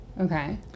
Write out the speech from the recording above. Okay